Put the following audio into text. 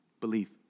belief